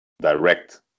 direct